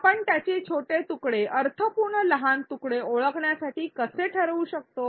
आपण त्याचे छोटे तुकडे अर्थपूर्ण लहान तुकडे ओळखण्याचे कसे ठरवू शकतो